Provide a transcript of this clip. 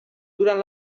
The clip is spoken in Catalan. durant